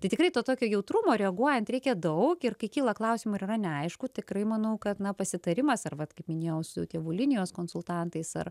tai tikrai to tokio jautrumo reaguojant reikia daug ir kai kyla klausimų ir yra neaišku tikrai manau kad na pasitarimas ar vat kaip minėjau su tėvų linijos konsultantais ar